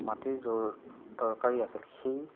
দৰকাৰী আছিল সেই